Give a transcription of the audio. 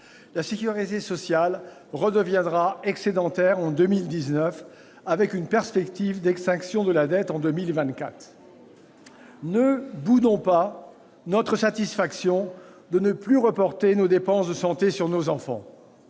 la sécurité sociale redeviendra en effet excédentaire en 2019, avec une perspective d'extinction de la dette en 2024. Ne boudons pas notre satisfaction de ne plus reporter nos dépenses de santé sur nos enfants.